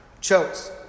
chose